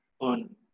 on